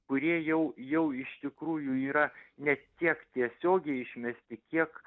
kurie jau jau iš tikrųjų yra ne tiek tiesiogiai išmesti kiek